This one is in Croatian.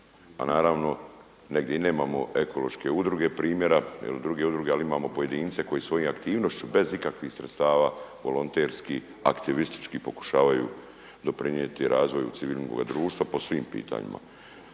a naravno negdje i nemamo ekološke udruge primjera, jel' druge udruge. Ali imamo pojedince koji svojom aktivnošću bez ikakvih sredstava volonterski aktivistički pokušavaju doprinijeti razvoju civilnoga društva po svim pitanjima.